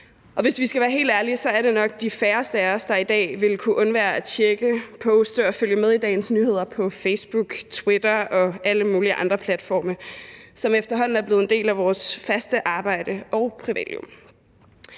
hvis vi skal være helt ærlige, er det nok de færreste af os, der i dag vil kunne undvære at tjekke, poste og følge med i dagens nyheder på Facebook, Twitter og alle mulige andre platforme, som efterhånden er blevet en fast del af vores arbejde og vores privatliv.